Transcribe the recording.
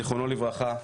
זכרונו לברכה,